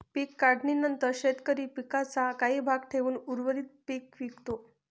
पीक काढणीनंतर शेतकरी पिकाचा काही भाग ठेवून उर्वरित पीक विकतो